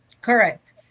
Correct